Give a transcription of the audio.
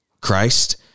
Christ